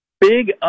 Big